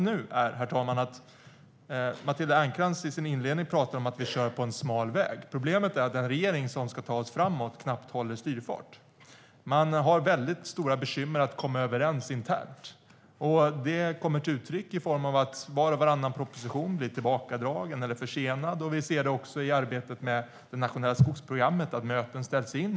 Nu, herr talman, pratar Matilda Ernkrans i sin inledning om att vi kör på en smal väg. Problemet är att den regering som ska ta oss framåt knappt håller styrfart. Man har väldigt stora bekymmer att komma överens internt. Det kommer till uttryck i form av att var och varannan proposition blir tillbakadragen eller försenad. Vi ser det också i arbetet med det nationella skogsprogrammet, där möten ställs in.